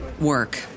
work